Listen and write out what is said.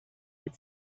had